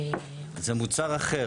זה מוצר אחר.